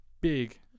big